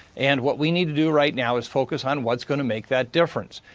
and what we need to do right now is focus on what's going to make that difference.